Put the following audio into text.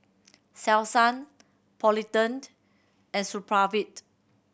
Selsun Polident and Supravit